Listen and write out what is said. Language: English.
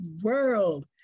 world